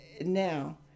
now